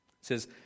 says